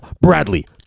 Bradley